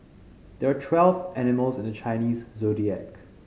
there are twelve animals in the Chinese Zodiac